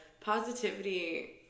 positivity